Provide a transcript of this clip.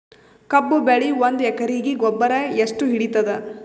ಕಬ್ಬು ಬೆಳಿ ಒಂದ್ ಎಕರಿಗಿ ಗೊಬ್ಬರ ಎಷ್ಟು ಹಿಡೀತದ?